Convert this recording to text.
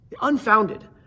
Unfounded